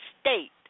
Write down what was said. state